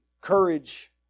courage